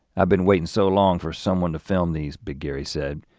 i've been waiting so long for someone to film these, big gary said,